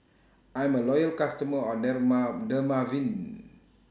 I'm A Loyal customer of Dermaveen